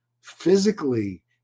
physically